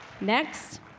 Next